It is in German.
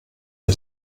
wir